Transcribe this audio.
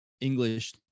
English